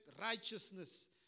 righteousness